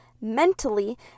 mentally